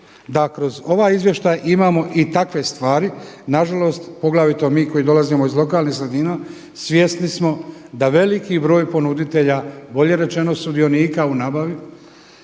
da kroz ovaj izvještaj imamo i takve stvari, nažalost poglavito mi koji dolazimo iz lokalnih sredina svjesni smo da veliki broj ponuditelja bolje rečeno sudionika u nabavi